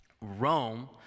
Rome